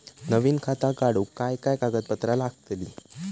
नवीन खाता काढूक काय काय कागदपत्रा लागतली?